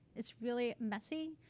it's really messy.